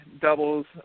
doubles